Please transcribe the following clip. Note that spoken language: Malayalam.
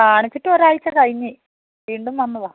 കാണിച്ചിട്ട് ഒരാഴ്ച കഴിഞ്ഞു വീണ്ടും വന്നതാണ്